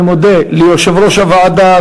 אני מודה ליושב-ראש הוועדה,